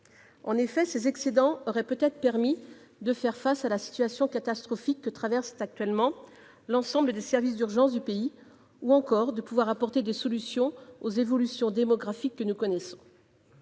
En effet, ces excédents auraient peut-être permis de faire face à la situation catastrophique que traverse actuellement l'ensemble des services d'urgence du pays ou encore de pouvoir apporter des solutions aux évolutions démographiques que nous connaissons.